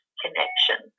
connection